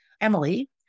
Emily